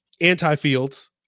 anti-Fields